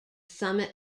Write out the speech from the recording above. summit